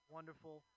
Wonderful